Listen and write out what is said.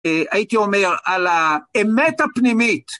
הייתי אומר, על האמת הפנימית.